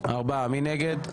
3 נגד,